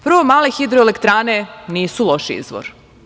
Prvo, male hidroelektrane nisu loš izvor.